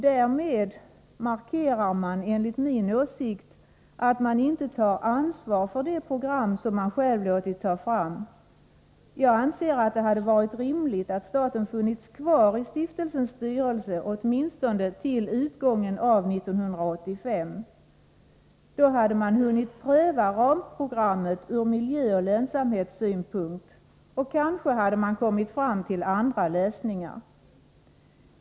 Därmed markerar man, enligt min åsikt, att man inte tar ansvar för det program som man själv har låtit ta fram. Jag anser att det hade varit rimligt att staten hade funnits kvar i stiftelsens styrelse åtminstone till utgången av 1985. Då hade man hunnit pröva ramprogrammet ur miljöoch lönsamhetssynpunkt, och kanske hade man kommit fram till andra lösningar.